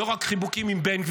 לא רק חיבוקים עם בן גביר.